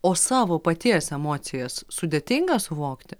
o savo paties emocijas sudėtinga suvokti